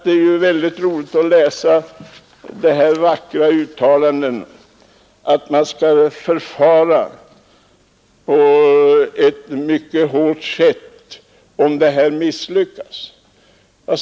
Det är väldigt roligt att läsa det vackra uttalandet om att stränga åtgärder skall vidtas om det här försöket misslyckas.